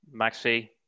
Maxi